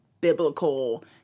biblical